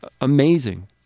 amazing